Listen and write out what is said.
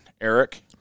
Eric